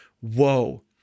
whoa